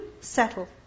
settle